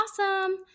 awesome